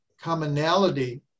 commonality